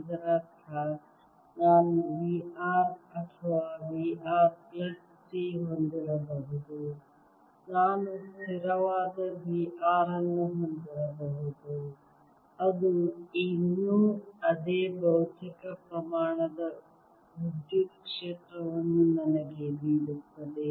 ಇದರರ್ಥ ನಾನು V r ಅಥವಾ V r ಪ್ಲಸ್ C ಹೊಂದಿರಬಹುದು ನಾನು ಸ್ಥಿರವಾದ V r ಅನ್ನು ಹೊಂದಿರಬಹುದು ಅದು ಇನ್ನೂ ಅದೇ ಭೌತಿಕ ಪ್ರಮಾಣದ ವಿದ್ಯುತ್ ಕ್ಷೇತ್ರವನ್ನು ನನಗೆ ನೀಡುತ್ತದೆ